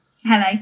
hello